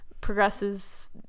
progresses